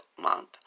month